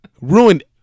Ruined